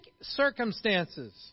circumstances